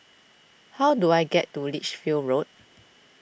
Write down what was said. how do I get to Lichfield Road